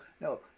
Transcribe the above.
No